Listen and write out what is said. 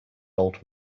old